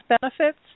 benefits